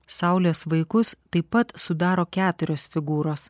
saulės vaikus taip pat sudaro keturios figūros